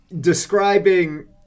describing